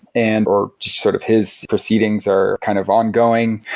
and or sort of his proceedings are kind of ongoing.